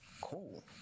cool